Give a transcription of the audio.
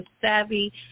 savvy